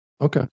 Okay